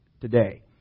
today